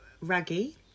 raggy